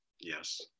Yes